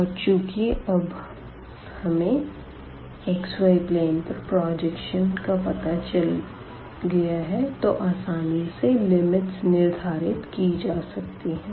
और चूँकि अब हमें xy प्लेन पर प्रजेक्शन का पता चल गया है तो आसानी से लिमिट्स निर्धारित की जा सकती है